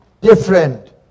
different